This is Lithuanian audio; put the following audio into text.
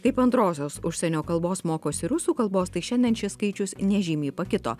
kaip antrosios užsienio kalbos mokosi rusų kalbos tai šiandien šis skaičius nežymiai pakito